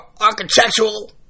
architectural